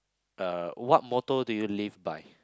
uh what motto do you live by